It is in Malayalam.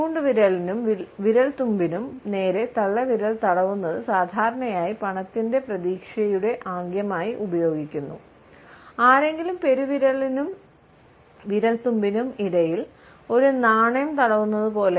ചൂണ്ടുവിരലിനും വിരൽത്തുമ്പിനും നേരെ തള്ളവിരൽ തടവുന്നത് സാധാരണയായി പണത്തിന്റെ പ്രതീക്ഷയുടെ ആംഗ്യമായി ഉപയോഗിക്കുന്നു ആരെങ്കിലും പെരുവിരലിനും വിരൽത്തുമ്പിനും ഇടയിൽ ഒരു നാണയം തടവുന്നത് പോലെ